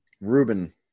Ruben